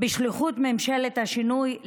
בשליחות ממשלת השינוי,